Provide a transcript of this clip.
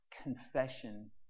confession